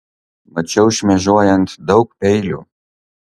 mačiau šmėžuojant daug peilių